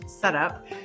setup